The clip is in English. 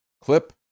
clip